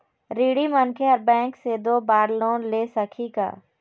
ऋणी मनखे हर बैंक से दो बार लोन ले सकही का?